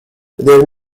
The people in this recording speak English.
their